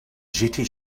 j’étais